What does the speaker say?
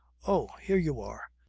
oh! here you are.